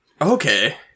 Okay